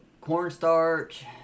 Cornstarch